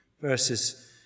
verses